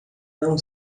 não